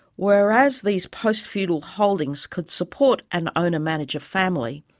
whereas these post-feudal holdings could support an owner-manager family,